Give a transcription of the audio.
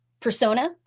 Persona